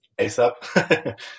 ASAP